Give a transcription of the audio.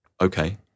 okay